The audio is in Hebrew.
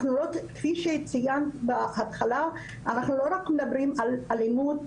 כפי שציינת בהתחלה, אנחנו לא רק מדברים על אלימות